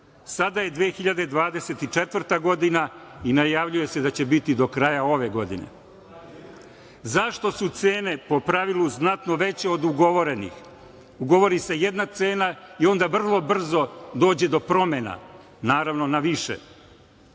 Sada je 2024. godina i najavljuje se da će biti do kraja ove godine.Zašto su cene po pravilu znatno veće od ugovorenih? Ugovori se jedna cena i onda vrlo brzo dođe do promena naravno na više.